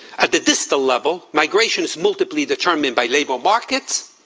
at the distal level, migration's multiply determined by label markets,